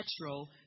natural